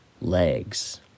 legs